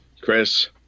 Chris